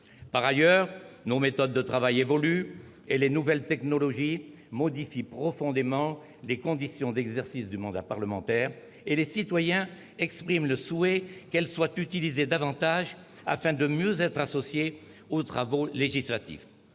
Par ailleurs, nos méthodes de travail évoluent. Les nouvelles technologies modifient profondément les conditions d'exercice du mandat parlementaire, et les citoyens expriment le souhait qu'elles soient utilisées davantage afin de mieux les associer aux travaux législatifs.